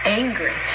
angry